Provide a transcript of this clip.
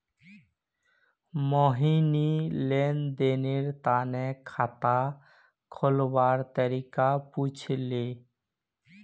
मोहिनी लेन देनेर तने खाता खोलवार तरीका पूछले